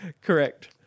Correct